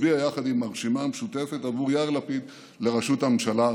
מצביע יחד עם הרשימה המשותפת עבור יאיר לפיד לראשות הממשלה.